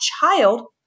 child